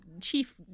chief